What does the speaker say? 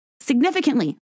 significantly